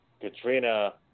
Katrina